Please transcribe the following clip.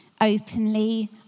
openly